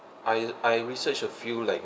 I I research a few like